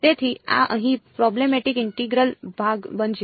તેથી આ અહીં પ્રૉબ્લેમેટિક ઇન્ટેગ્રલ ભાગ બનશે